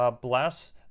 bless